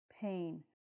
pain